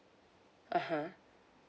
(uh huh)